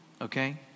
okay